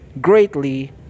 greatly